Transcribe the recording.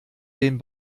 den